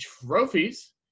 Trophies